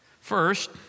First